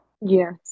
Yes